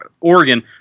Oregon